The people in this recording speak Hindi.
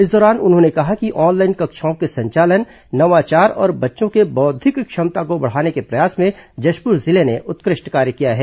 इस दौरान उन्होंने कहा कि ऑनलाइन कक्षाओं के संचालन नवाचार और बच्चों के बौध्दिक क्षमता को बढ़ाने के प्रयास में जशपुर जिले ने उत्कृष्ट कार्य किया है